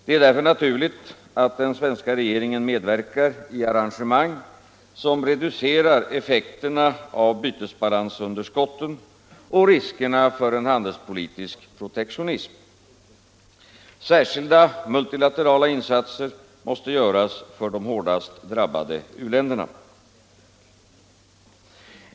Det är därför naturligt att den svenska regeringen medverkar i arrangemang som reducerar effekterna av bytesbalansunderskotten och riskerna för en handelspolitisk protektionism. Särskilda multilaterala insatser måste göras för de hårdast drabbade u-länderna.